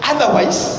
Otherwise